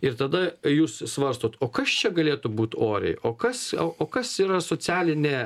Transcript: ir tada jūs svarstot o kas čia galėtų būt oriai o kas o o kas yra socialinė